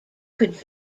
could